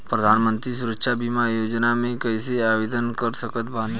प्रधानमंत्री सुरक्षा बीमा योजना मे कैसे आवेदन कर सकत बानी?